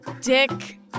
Dick